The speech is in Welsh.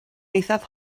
eithaf